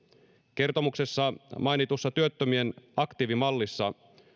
kertomuksessa mainitussa työttömien aktiivimallissa